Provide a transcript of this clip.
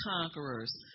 conquerors